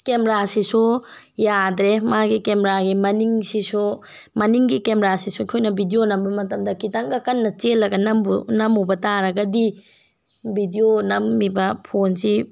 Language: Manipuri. ꯀꯦꯃꯦꯔꯥꯁꯤꯁꯨ ꯌꯥꯗ꯭ꯔꯦ ꯃꯥꯒꯤ ꯀꯦꯃꯦꯔꯥꯒꯤ ꯃꯅꯤꯡꯁꯤꯁꯨ ꯃꯅꯤꯡꯒꯤ ꯀꯦꯃꯦꯔꯥꯁꯤꯁꯨ ꯑꯩꯈꯣꯏꯅ ꯕꯤꯗꯤꯌꯣ ꯅꯝꯕ ꯃꯇꯝꯗ ꯈꯤꯇꯪꯒ ꯀꯟꯅ ꯆꯦꯜꯂꯒ ꯅꯝꯃꯨꯕ ꯇꯥꯔꯒꯗꯤ ꯕꯤꯗꯤꯌꯣ ꯅꯝꯃꯤꯕ ꯐꯣꯟꯁꯤ